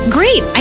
Great